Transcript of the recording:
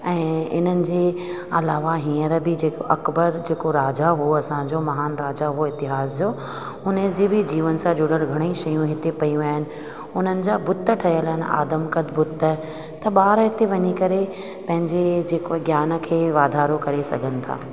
ऐं इन्हनि जे अलावा हींअर बि जेको अकबर जेको राजा हुओ असांजो महानु राजा हुओ इतिहास जो हुनजी बि जीवन सां जुड़ियल घणेई शयूं हिते पियूं आहिनि हुननि जा भूत ठहियल आहिनि आदम कद भूत त ॿार हिते वञी करे पंहिंजे जेको ज्ञान खे वाधारो करे सघनि था